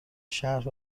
شهر